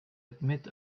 admit